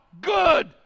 good